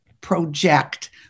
project